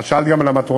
את שאלת גם על המטרונית?